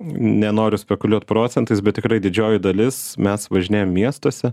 nenoriu spekuliuot procentais bet tikrai didžioji dalis mes važinėjam miestuose